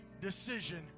decision